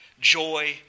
joy